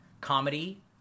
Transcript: comedy